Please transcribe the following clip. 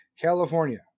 California